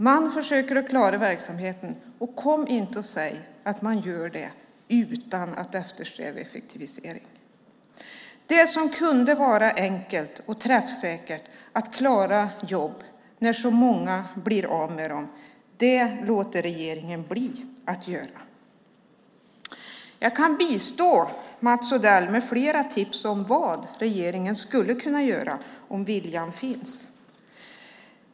Man försöker att klara verksamheten, och kom inte och säg att man gör det utan att eftersträva effektivisering! Det som kunde vara enkelt och träffsäkert för att klara jobb när så många blir av med dem låter regeringen bli att göra. Jag kan bistå Mats Odell med flera tips om vad regeringen skulle kunna göra om viljan fanns.